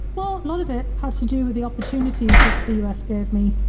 well, a lot of it had to do with the opportunities that the u. s. gave me.